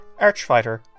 Archfighter